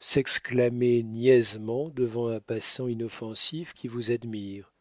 s'exclamer niaisement devant un passant inoffensif qui vous admire